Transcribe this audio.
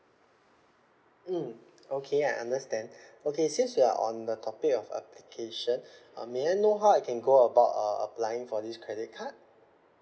mm okay I understand okay since we're on the topic of application um may I know how I can go about uh applying for this credit card